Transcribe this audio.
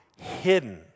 hidden